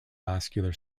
vascular